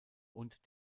und